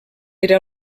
era